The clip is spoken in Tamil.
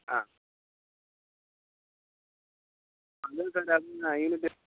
ஆ